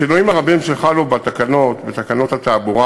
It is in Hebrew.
השינויים הרבים שחלו בתקנות התעבורה